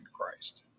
Christ